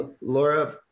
Laura